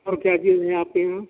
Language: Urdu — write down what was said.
اور کیا چیزیں ہیں آپ کے یہاں